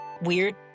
weird